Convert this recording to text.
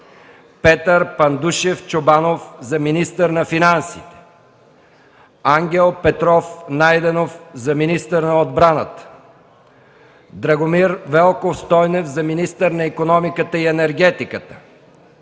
Петър Пандушев Чобанов за министър на финансите; - Ангел Петров Найденов за министър на отбраната; - Драгомир Велков Стойнев за министър на икономиката и енергетиката;